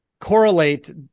correlate